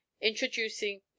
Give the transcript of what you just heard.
Introducing